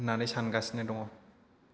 होननानै सानगासिनो दङ